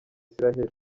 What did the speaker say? isiraheli